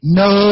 no